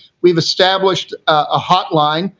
we've established a hotline,